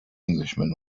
englishman